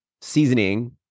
seasoning